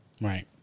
Right